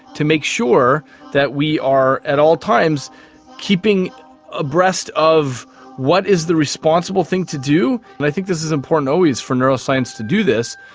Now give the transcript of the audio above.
to make sure that we are at all times keeping abreast of what is the responsible thing to do. and i think this is important always for neuroscience to do this,